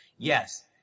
Yes